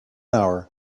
hour